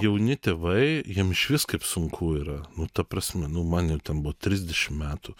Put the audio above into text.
jauni tėvai jiem išvis kaip sunku yra nu ta prasme nu man ir ten buvo trisdešimt metų